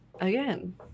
Again